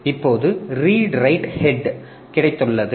இப்போது read write head கிடைத்துள்ளது